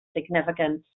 significant